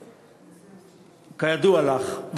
1 2. כידוע לך,